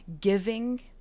giving